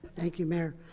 thank you, mayor.